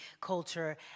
culture